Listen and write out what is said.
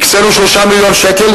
הקצינו 3 מיליון שקל,